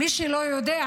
מי שלא יודע,